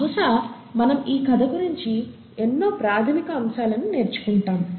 బహుశా మనం ఈ కథ నించి ఎన్నో ప్రాథమిక అంశాలను నేర్చుకుంటాము